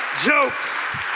jokes